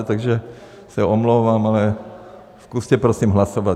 Takže se omlouvám, ale zkuste prosím hlasovat.